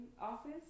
office